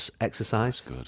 exercise